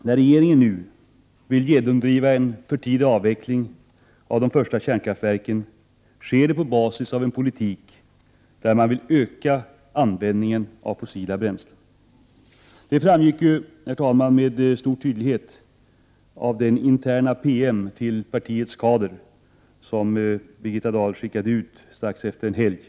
När regeringen nu vill genomdriva en för tidig avveckling av de första kärnkraftsreaktorerna sker det på basis av en politik som leder till ökad användning av fossila bränslen. Det framgick med stor tydlighet av den interna PM till partiets kader som Birgitta Dahl skickade ut strax efter en helg.